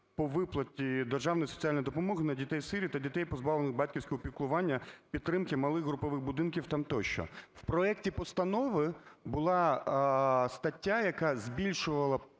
по виплаті державної соціальної допомоги на дітей-сиріт та дітей, позбавлених батьківського піклування, підтримки малих групових будинків там тощо. В проекті постанови була стаття, яка збільшувала